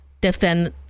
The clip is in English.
defend